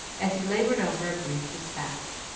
as he labored over a brief despatch.